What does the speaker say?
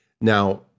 Now